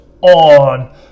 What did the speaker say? on